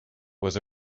was